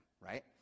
right